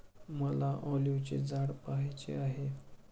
मला ऑलिव्हचे झाड पहायचे आहे